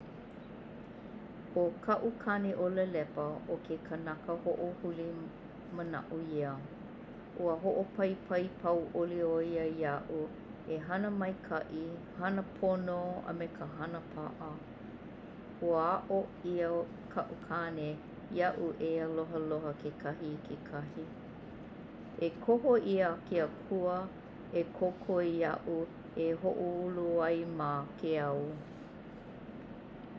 'O ka'u kane 'o Lalepa 'o ke kanaka ho'ohuli mana'o ia. Ua ho'opaipai pau'ole 'oia ia'u e hana maika'i, hana pono a me ka hana pa'a. Ua a'o 'ia ka'u kane ia'u e alohāloha ke kahi i ke kahi. E koho 'ia a ke Akua e kōkua ia'u i ho'oulu ai ma ke ao.